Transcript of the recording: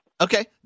Okay